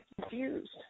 confused